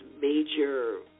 major